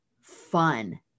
fun